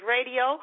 Radio